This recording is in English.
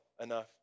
enough